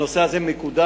הנושא הזה מקודם,